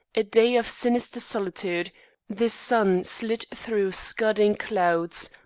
a day of sinister solitude the sun slid through scudding clouds,